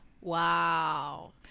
Wow